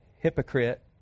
hypocrite